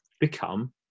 become